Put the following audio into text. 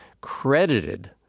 credited